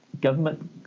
government